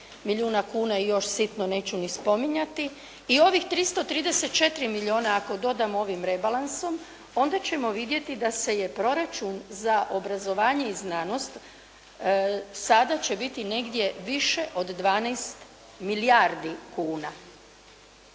milijuna kuna i još sitno neću ni spominjati i ovih 334 milijuna ako dodamo ovim rebalansom onda ćemo vidjeti da se je proračun za obrazovanje i znanost sada će biti negdje više od 12 milijardi kuna.